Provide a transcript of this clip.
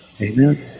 Amen